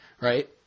Right